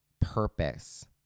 purpose